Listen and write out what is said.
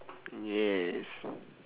mm yes